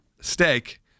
steak